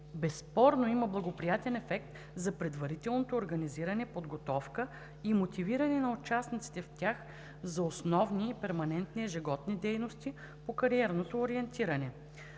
безспорно има благоприятен ефект за предварителното организиране, подготовка и мотивиране на участниците в тях за основни, перманентни и ежегодни дейности по кариерното ориентиране.